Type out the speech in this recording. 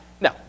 No